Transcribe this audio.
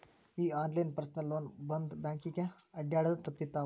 ಈ online personal loan ಬಂದ್ ಬ್ಯಾಂಕಿಗೆ ಅಡ್ಡ್ಯಾಡುದ ತಪ್ಪಿತವ್ವಾ